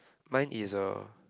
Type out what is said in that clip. mine is uh